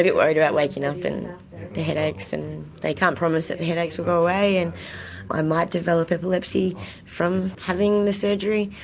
get worries about waking up and the headaches and. they can't promise that the headaches will go away and i might develop epilepsy from having the surgery,